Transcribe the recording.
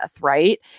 Right